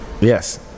Yes